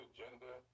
gender